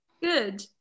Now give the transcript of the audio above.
Good